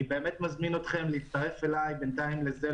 אני באמת מזמין אתכם להצטרף אלי בינתיים לזה,